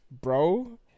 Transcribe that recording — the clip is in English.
bro